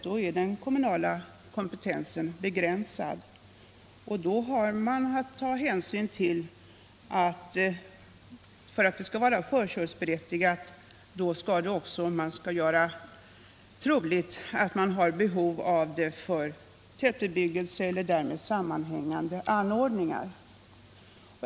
För att kommunen skall få rätt till förköp skall man göra troligt att kommunen har behov av marken för tätbebyggelse och därmed sammanhängande anordningar.